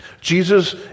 Jesus